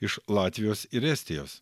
iš latvijos ir estijos